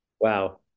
Wow